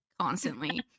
constantly